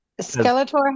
Skeletor